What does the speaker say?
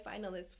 finalists